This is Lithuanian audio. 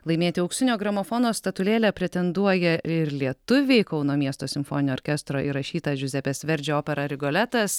laimėti auksinio gramofono statulėlę pretenduoja ir lietuviai kauno miesto simfoninio orkestro įrašyta džiuzepės verdžio opera rigoletas